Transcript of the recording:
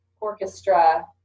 orchestra